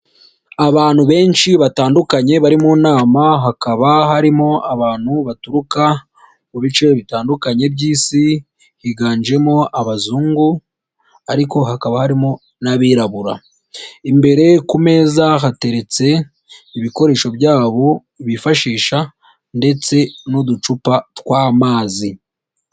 Abantu benshi batandukanye bari mu nama hakaba harimo abantu baturuka mu bice bitandukanye by'Isi higanjemo abazungu ariko hakaba harimo n'abirabura. Imbere ku meza hateretse ibikoresho byabo bifashisha ndetse n'uducupa tw'amazi.